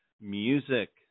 Music